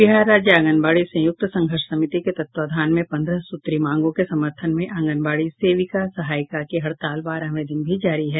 बिहार राज्य आंगनवाड़ी संयुक्त संघर्ष समिति के तत्वावधान में पंद्रह सूत्री मांगों के समर्थन में आंगनवाड़ी सेविका सहायिका की हड़ताल बारहवें दिन भी जारी है